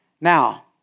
Now